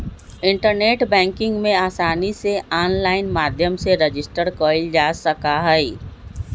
internet banking में आसानी से आनलाइन माध्यम से रजिस्टर कइल जा सका हई